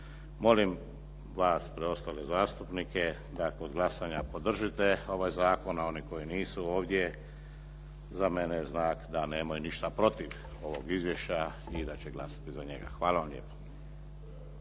Molim vas preostale zastupnike da kod glasanja podržite ovaj zakon, a oni koji nisu ovdje za mene je znak da nemaju ništa protiv ovog izvješća i da će glasati za njega. Hvala vam lijepo.